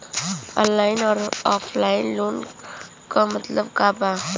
Online अउर offline loan क मतलब का बा?